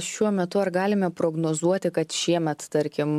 šiuo metu ar galime prognozuoti kad šiemet tarkim